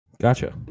gotcha